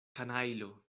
kanajlo